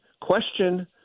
question